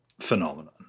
phenomenon